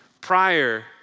prior